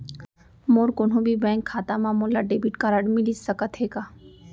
मोर कोनो भी बैंक खाता मा मोला डेबिट कारड मिलिस सकत हे का?